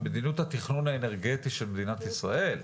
על מדיניות התכנון האנרגטי של מדינת ישראל.